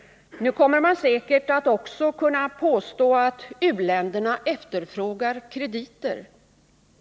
Nu kommer man säkert också att kunna påstå att u-länderna efterfrågar krediter.